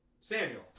Samuel